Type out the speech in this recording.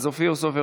אז אופיר סופר,